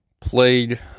played